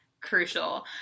crucial